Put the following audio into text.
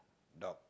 dog